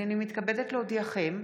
הינני מתכבדת להודיעכם,